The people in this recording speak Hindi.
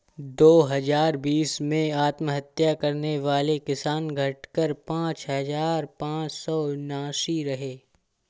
दो हजार बीस में आत्महत्या करने वाले किसान, घटकर पांच हजार पांच सौ उनासी रहे